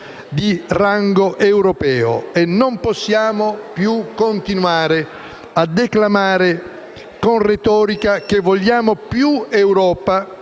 di rango europeo. Non possiamo più continuare a declamare con retorica che vogliamo più Europa,